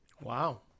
wow